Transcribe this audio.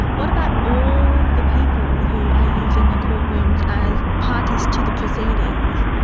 what about all the people who are using the courtrooms as parties to the proceedings,